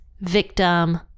victim